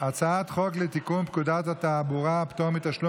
הצעת חוק לתיקון פקודת התעבורה (פטור מתשלום